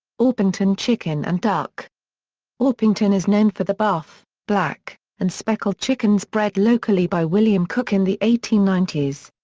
orpington chicken and duck orpington is known for the buff, black and speckled chickens bred locally by william cook in the eighteen ninety s.